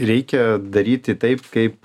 reikia daryti taip kaip